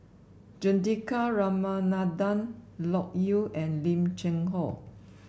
Juthika Ramanathan Loke Yew and Lim Cheng Hoe